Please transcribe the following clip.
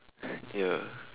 ya